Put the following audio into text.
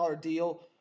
deal